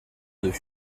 deux